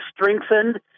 strengthened